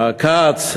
מר כץ,